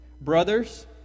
brothers